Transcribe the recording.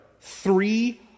three